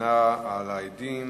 להגנה על עדים